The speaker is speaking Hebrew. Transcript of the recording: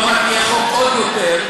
ועוד מעט יהיה חוק עוד יותר,